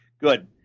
Good